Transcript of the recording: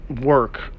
work